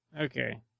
okay